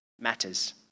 matters